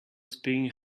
spinning